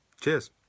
Cheers